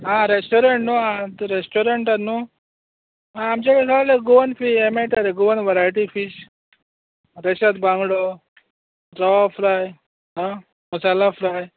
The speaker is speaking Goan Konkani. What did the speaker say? आ रेस्टोरंट न्हू आं रेस्टोरंटान न्हू हा आमचे कडेन गोवन ह्यें मेळटा रे गोवन वरायटी फीश रेशाद बांगडो रवा फ्राय मसाला फ्राय